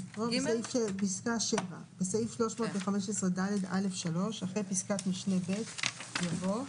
(7)בסעיף 315ד(א)(3), אחרי פסקת משנה (ב)